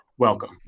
welcome